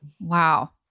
Wow